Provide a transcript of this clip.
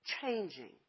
changing